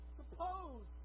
suppose